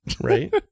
Right